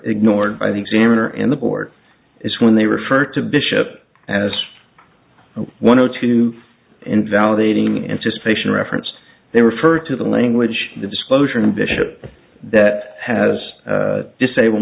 ignored by the examiner and the board is when they refer to bishop as one zero two invalidating anticipation reference they refer to the language the disclosure of bishop that has disable